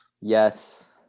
Yes